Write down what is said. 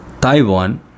Taiwan